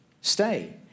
stay